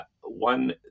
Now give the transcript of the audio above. one